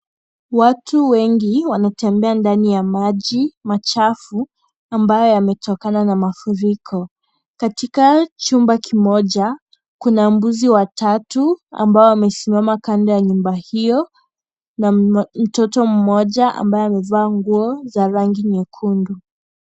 Watu wengi wanatembea ndani ya maji machafu ambayo yametokana na mafuriko , katika chumba kimoja kuna mbuzi watatu ambao wamesimama kando ya nyumba hiyo na mtoto mmoja ambaye amevaa nguo za rangi nyekundu.